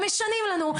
משנים לנו,